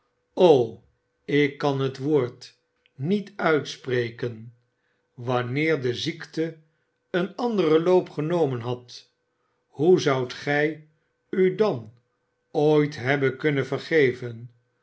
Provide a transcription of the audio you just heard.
ik kan het woord niet uitspreken wanneer de ziekte een anderen loop genomen had hoe zoudt gij u dat ooit hebben kunnen vergeven